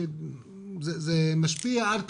שזה משפיע על תלונות.